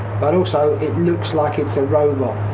but also it looks like it's a robot,